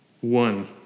One